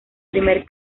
primer